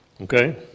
Okay